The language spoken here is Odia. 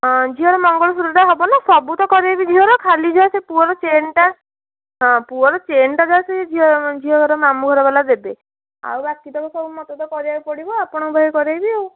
ହଁ ଝିଅର ମଙ୍ଗଳସୂତ୍ରଟା ହେବ ନା ସବୁ ତ କରାଇବି ଝିଅର ଖାଲି ଯାହା ସେ ପୁଅର ଚେନଟା ହଁ ପୁଅର ଚେନ୍ଟା ଯାହା ସେ ଝିଅ ଝିଅଘର ମାମୁଁ ଘର ବାଲା ଦେବେ ଆଉ ବାକି ତକ ମୋତେ ତ ସବୁ କରିବାକୁ ପଡ଼ିବ ଆପଣଙ୍କ ପାଖରେ କରାଇବି ଆଉ